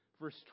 Verse